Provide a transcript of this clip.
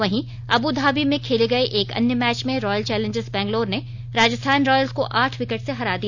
वहीं अब्धाबी में खेले गए एक अन्य मैच में रॉयल चैलेंजर्स बंगलौर ने राजस्थान रॉयल्स को आठ विकेट से हरा दिया